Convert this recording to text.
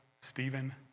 Stephen